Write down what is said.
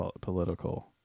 political